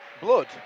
Blood